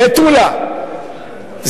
מטולה,